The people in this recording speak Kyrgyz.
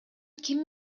ким